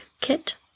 kit